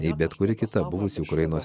nei bet kuri kita buvusi ukrainos